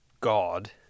God